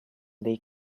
they